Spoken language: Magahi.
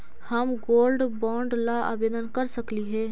हम गोल्ड बॉन्ड ला आवेदन कर सकली हे?